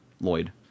Lloyd